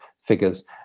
figures